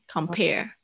Compare